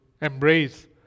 embrace